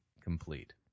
complete